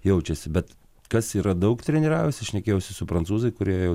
jaučiasi bet kas yra daug treniravęsis šnekėjausi su prancūzai kurie jau